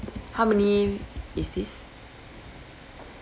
how many is this